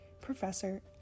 professor